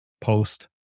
post